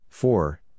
Four